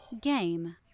Game